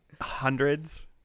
hundreds